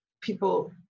people